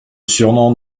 surnom